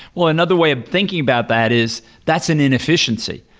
well another way of thinking about that is that's an inefficiency.